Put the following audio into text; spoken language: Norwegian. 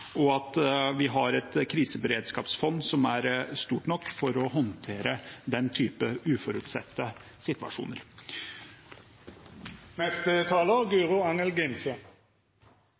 og av å ha et kriseberedskapsfond som er stort nok til å håndtere den typen uforutsette situasjoner.